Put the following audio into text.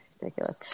ridiculous